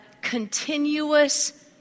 continuous